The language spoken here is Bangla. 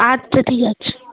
আচ্ছা ঠিক আছে